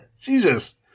Jesus